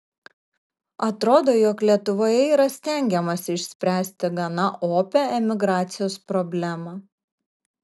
atrodo jog lietuvoje yra stengiamasi išspręsti gana opią emigracijos problemą